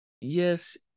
yes